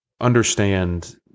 understand